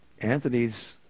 Anthony's